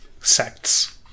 sects